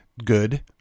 good